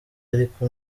ariko